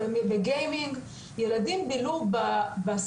או בגיימינג,